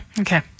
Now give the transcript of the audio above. Okay